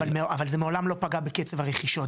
אבל זה מעולם לא פגע בקצב הרכישות,